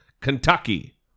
Kentucky